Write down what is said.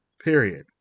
period